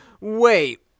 wait